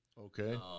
Okay